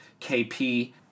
kp